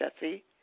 Jesse